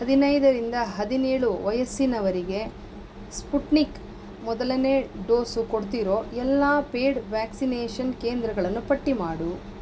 ಹದಿನೈದರಿಂದ ಹದಿನೇಳು ವಯಸ್ಸಿನವರಿಗೆ ಸ್ಪುಟ್ನಿಕ್ ಮೊದಲನೇ ಡೋಸು ಕೊಡ್ತಿರೋ ಎಲ್ಲ ಪೇಯ್ಡ್ ವ್ಯಾಕ್ಸಿನೇಷನ್ ಕೇಂದ್ರಗಳನ್ನು ಪಟ್ಟಿ ಮಾಡು